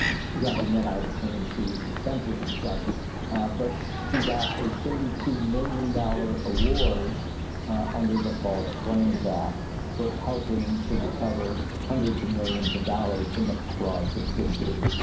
you have to net out attorney's fees and expenses and such but she got a thirty two million dollars award under the false claims act for helping to recover hundreds of millions of dollars from the frauds at citigroup.